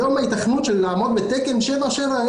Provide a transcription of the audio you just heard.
היום ההיתכנות לעמוד בתקן A77,